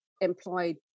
employed